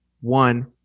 One